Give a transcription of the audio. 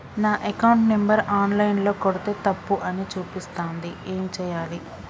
నా account number online ల కొడ్తే తప్పు అని చూపిస్తాంది ఏం చేయాలి?